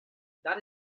that